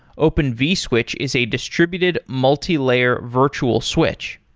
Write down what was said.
open vswitch is a distributed multi-layer virtual switch.